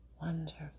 wonderful